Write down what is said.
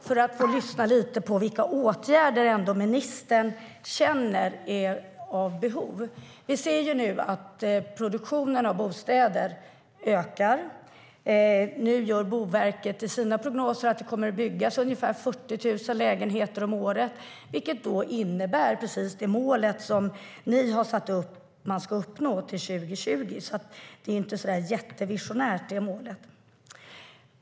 Jag vill lyssna lite på vilka åtgärder som ministern känner att det finns behov av. Vi ser nu att produktionen av bostäder ökar. Enligt Boverkets prognoser kommer det att byggas ungefär 40 000 lägenheter om året, vilket innebär precis det mål som ni har satt upp till 2020. Det målet är alltså inte jättevisionärt.